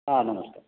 ହଁ ହଁ